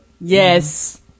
Yes